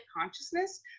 consciousness